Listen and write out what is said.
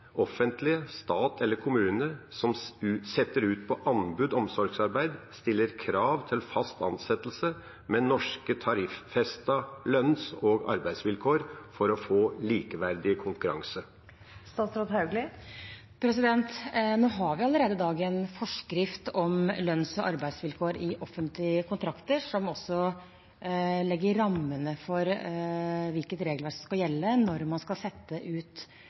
offentlige, stat eller kommune, som setter omsorgsarbeid ut på anbud, stiller krav til fast ansettelse med norske, tariffestede lønns- og arbeidsvilkår for å få likeverdig konkurranse? Vi har allerede i dag en forskrift om lønns- og arbeidsvilkår i offentlige kontrakter som også legger rammene for hvilket regelverk som skal gjelde når man skal sette ut